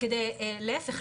כדי להיפך,